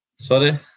sorry